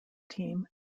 team